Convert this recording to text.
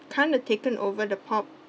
kind of taken over the pop